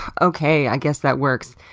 okay. i guess that works,